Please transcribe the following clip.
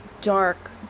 dark